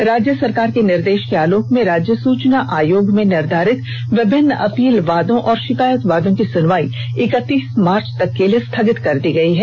इधर राज्य सरकार के निर्देष के आलोक में राज्य सूचना आयोग में निर्धारित विभिन्न अपील वादों और षिकायत वादों की सुनवाई इकतीस मार्च तक के लिए स्थगित कर दी गयी है